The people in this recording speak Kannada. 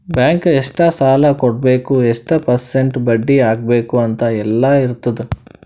ಬ್ಯಾಂಕ್ ಎಷ್ಟ ಸಾಲಾ ಕೊಡ್ಬೇಕ್ ಎಷ್ಟ ಪರ್ಸೆಂಟ್ ಬಡ್ಡಿ ಹಾಕ್ಬೇಕ್ ಅಂತ್ ಎಲ್ಲಾ ಇರ್ತುದ್